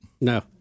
No